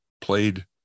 played